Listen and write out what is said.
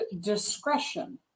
discretion